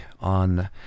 on